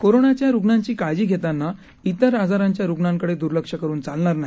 कोरोनाच्या रुग्णांची काळजी घेताना इतर आजाराच्या रुग्णांकडे दूर्लक्ष करुन चालणार नाही